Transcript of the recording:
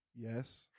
Yes